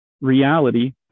reality